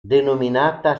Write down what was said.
denominata